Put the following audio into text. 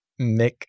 Mick